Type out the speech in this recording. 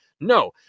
No